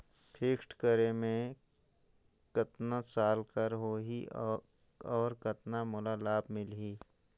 Fixed करे मे कतना साल कर हो ही और कतना मोला लाभ मिल ही?